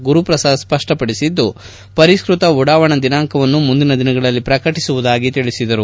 ಗುರುಪ್ರಸಾದ್ ಸ್ಪಷ್ಟಪಡಿಸಿದ್ದು ಪರಿಷ್ಕತ ಉಡಾವಣಾ ದಿನಾಂಕವನ್ನು ಮುಂದಿನ ದಿನಗಳಲ್ಲಿ ಪ್ರಕಟಿಸುವುದಾಗಿ ತಿಳಿಸಿದರು